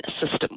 system